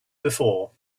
before